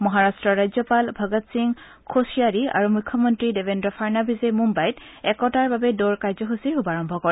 মহাৰাট্টৰ ৰাজ্যপাল ভগৎ সিং খোচয়াৰি আৰু মুখ্যমন্ত্ৰী দেৱেন্দ্ৰ ফাড়নাবীজে মুম্বাইত একতাৰ বাবে দৌৰ কাৰ্যসূচী শুভাৰম্ভ কৰে